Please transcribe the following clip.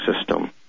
system